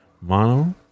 Mono